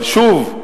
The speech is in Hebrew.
אבל שוב,